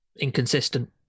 Inconsistent